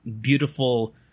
beautiful